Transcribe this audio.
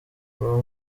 uwo